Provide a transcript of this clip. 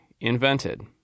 invented